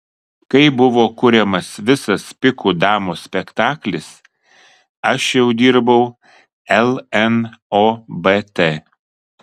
kai buvo kuriamas visas pikų damos spektaklis aš jau dirbau lnobt